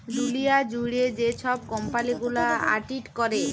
দুঁলিয়া জুইড়ে যে ছব কম্পালি গুলা অডিট ক্যরে